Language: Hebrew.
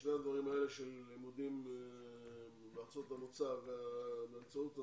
שני הדברים האלה של לימודים בארצות המוצא באמצעות ה-זום,